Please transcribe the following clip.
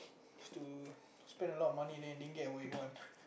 is to spend a lot of money then you didn't get what you want